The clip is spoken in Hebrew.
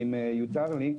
אם יותר לי,